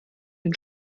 den